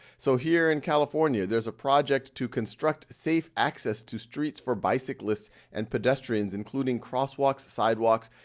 so here in california, there's a project to construct safe access to streets for bicyclists and pedestrians including crosswalks, sidewalks,